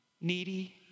Needy